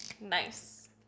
Nice